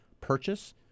purchase